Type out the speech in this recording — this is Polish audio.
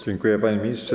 Dziękuję, panie ministrze.